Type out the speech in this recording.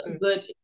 good